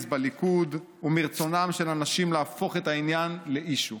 בליכוד ומרצונם של אנשים להפוך את העניין ל-issue.